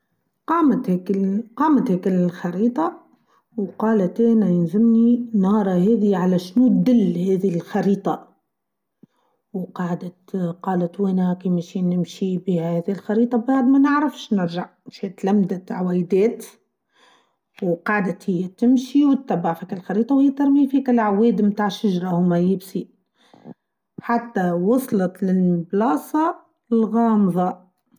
قامت هيك الخريطه و قالت أنا يلزمني نار هاديه على شهود ضل هاذي الخريطه و قاعدت قالت وين هاكا نمشي نمشي بهاذا الخريطه بعد ما نعرفش نرجع مش هتلمدت بعوايدات و قاعدت هى تمشي و تبع في الخريطه و هى ترمي في كالعواد متاع الشجره هما يابسين حتى وصلت للبلاصه الغامظه.